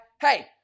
Hey